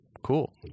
cool